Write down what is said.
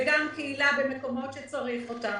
וגם לקהילה במקומות שצריך אותם.